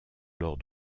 lors